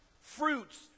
fruits